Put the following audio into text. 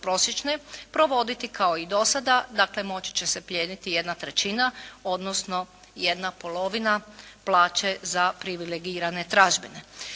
prosječne provoditi kao i do sada, dakle moći će se plijeniti 1/3, odnosno 1/2 plaće za privilegirane tražbine.